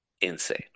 Insane